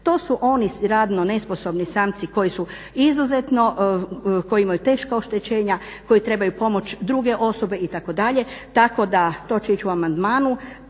to su oni radno nesposobni samci, koji su izuzetno, koji imaju teška oštećenja, koji trebaju pomoć druge osobe itd. tako da to će ići u amandmanu